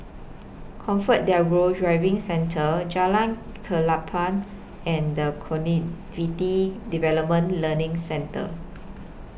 ComfortDelGro Driving Centre Jalan Klapa and The Cognitive Development Learning Centre